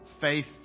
faith